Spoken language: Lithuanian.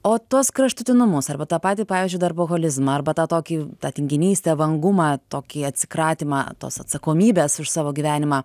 o tuos kraštutinumus arba tą patį pavyzdžiui darboholizmą arba tą tokį tą tinginystę vangumą tokį atsikratymą tos atsakomybės už savo gyvenimą